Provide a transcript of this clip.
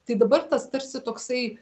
tai dabar tas tarsi toksai